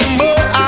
more